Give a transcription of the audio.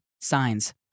Signs